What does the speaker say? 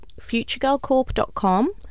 futuregirlcorp.com